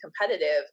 competitive